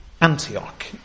Antioch